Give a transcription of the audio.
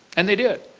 and they did.